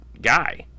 guy